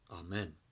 Amen